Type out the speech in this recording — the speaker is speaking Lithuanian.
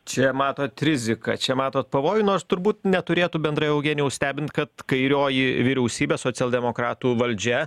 čia matot riziką čia matot pavojų nors turbūt neturėtų bendrai eugenijau stebint kad kairioji vyriausybė socialdemokratų valdžia